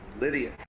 Lydia